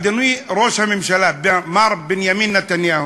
אדוני ראש הממשלה, מר בנימין נתניהו,